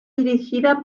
dirigida